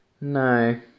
no